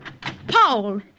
Paul